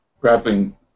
grappling